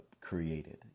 created